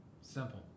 Simple